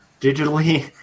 digitally